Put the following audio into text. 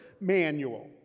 manual